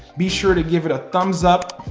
be sure to give it a thumbs up,